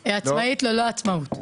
היא עצמאית ללא עצמאות.